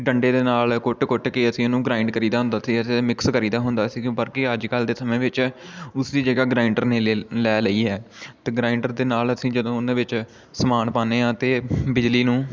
ਡੰਡੇ ਦੇ ਨਾਲ ਕੁੱਟ ਕੁੱਟ ਕੇ ਅਸੀਂ ਉਹਨੂੰ ਗ੍ਰਾਇੰਡ ਕਰੀਦਾ ਹੁੰਦਾ ਸੀ ਅਤੇ ਮਿਕਸ ਕਰੀਦਾ ਹੁੰਦਾ ਸੀ ਬਾਕੀ ਅੱਜ ਕੱਲ੍ਹ ਦੇ ਸਮੇਂ ਵਿੱਚ ਉਸ ਦੀ ਜਗ੍ਹਾ ਗ੍ਰਾਇੰਡਰ ਨੇ ਲੇ ਲੈ ਲਈ ਹੈ ਅਤੇ ਗ੍ਰਾਇੰਡਰ ਦੇ ਨਾਲ ਅਸੀਂ ਜਦੋਂ ਉਹਨਾਂ ਵਿੱਚ ਸਮਾਨ ਪਾਉਂਦੇ ਹਾਂ ਅਤੇ ਬਿਜਲੀ ਨੂੰ